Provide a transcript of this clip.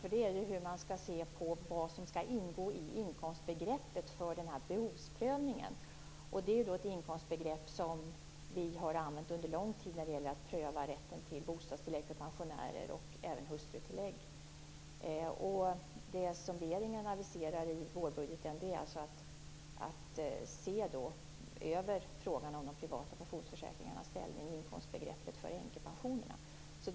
Det gäller ju då hur man skall se på vad som skall ingå i inkomstbegreppet för behovsprövningen. Det handlar här om ett inkomstbegrepp som vi har använt under en lång tid när det gällt att pröva rätten till bostadstillägg för pensioner och även hustrutillägg. Vad regeringen aviserar i vårbudgeten är en översyn av de privata pensionsförsäkringarnas ställning och inkomstbegreppet vad gäller änkepensionerna.